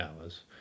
hours